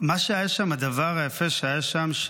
הדבר היפה שהיה שם,